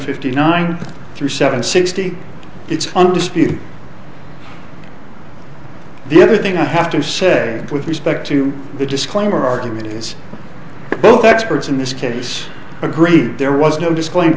fifty nine three seven sixty it's undisputed the other thing i have to say with respect to the disclaimer argument is both experts in this case agree there was no disclaimer